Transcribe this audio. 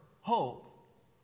hope